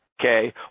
okay